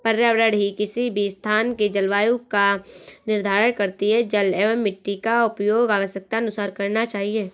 पर्यावरण ही किसी भी स्थान के जलवायु का निर्धारण करती हैं जल एंव मिट्टी का उपयोग आवश्यकतानुसार करना चाहिए